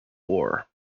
war